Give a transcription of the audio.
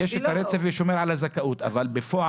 יש את הרצף והוא שומר על הזכאות, אבל בפועל,